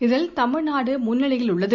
இதில் தமிழ்நாடு முன்னிலையில் உள்ளது